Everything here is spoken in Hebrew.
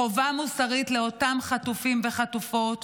חובה מוסרית לאותם חטופים וחטופות.